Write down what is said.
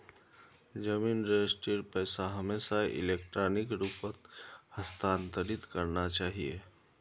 जमीन रजिस्ट्रीर पैसा हमेशा इलेक्ट्रॉनिक रूपत हस्तांतरित करना चाहिए